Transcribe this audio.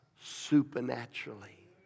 supernaturally